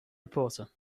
reporter